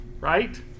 Right